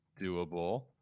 doable